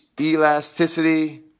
elasticity